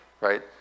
right